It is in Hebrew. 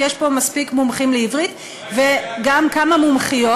יש פה מספיק מומחים לעברית, וגם כמה מומחיות.